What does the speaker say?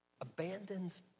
Abandons